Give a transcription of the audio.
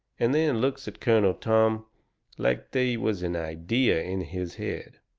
and then looks at colonel tom like they was an idea in his head.